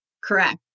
Correct